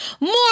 more